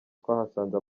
twahasanze